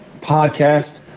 podcast